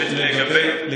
ומה לגבי, של המשטרה?